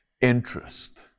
interest